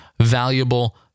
valuable